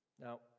Now